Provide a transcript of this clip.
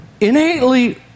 innately